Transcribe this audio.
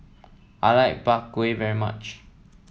I like Bak Kwa very much